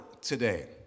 today